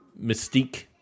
mystique